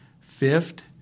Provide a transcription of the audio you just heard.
Fifth